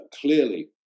clearly